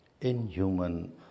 inhuman